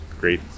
great